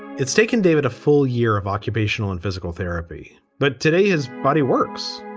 it's taken, david, a full year of occupational and physical therapy. but today his body works.